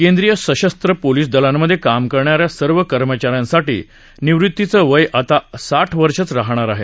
केंद्रीय सशस्त्र पोलीस दलांमधे काम करणा या सर्व कर्मचा यांसाठी निवृत्तीचं वय आता साठ वर्षच राहणार आहे